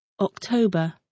October